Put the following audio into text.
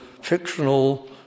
fictional